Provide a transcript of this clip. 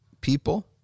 people